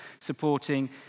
supporting